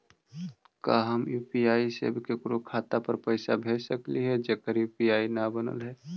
का हम यु.पी.आई से केकरो खाता पर पैसा भेज सकली हे जेकर यु.पी.आई न बनल है?